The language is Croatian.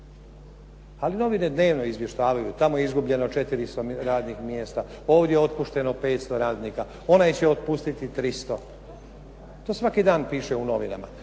Ali novine dnevno izvještavaju. Tamo je izgubljeno 400 radnih mjesta, ovdje otpušteno 500 radnika, onaj će otpustiti 300. To svaki dan piše u novinama.